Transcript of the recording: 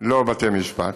לא בתי משפט.